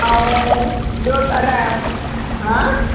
ऐं ॿियो अना